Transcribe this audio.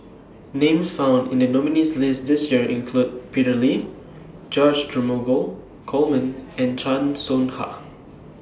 Names found in The nominees' list This Year include Peter Lee George Dromgold Coleman and Chan Soh Ha